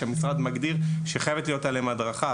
שהמשרד מגדיר שחייבת להיות עליהם הדרכה,